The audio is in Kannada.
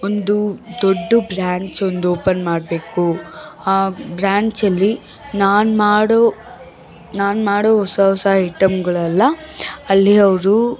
ಒಂದು ದೊಡ್ಡ ಬ್ರ್ಯಾಂಚೊಂದು ಓಪನ್ ಮಾಡಬೇಕು ಆ ಬ್ರ್ಯಾಂಚಲ್ಲಿ ನಾನು ಮಾಡೋ ನಾನು ಮಾಡೋ ಹೊಸ ಹೊಸ ಐಟಮ್ಗಳೆಲ್ಲ ಅಲ್ಲಿಅವ್ರು